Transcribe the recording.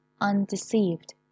undeceived